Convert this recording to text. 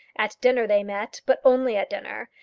at dinner they met, but only at dinner,